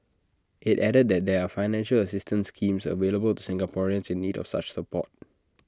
IT added that there are financial assistance schemes available to Singaporeans in need of such support